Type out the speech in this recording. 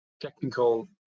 technical